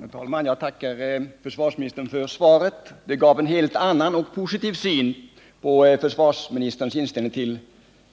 Herr talman! Jag tackar försvarsministern för svaret. Det gav en helt annan och positiv syn på